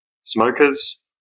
smokers